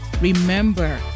Remember